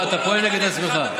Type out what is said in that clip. אתה פועל נגד עצמך.